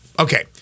Okay